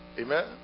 Amen